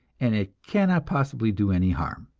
and it cannot possibly do any harm.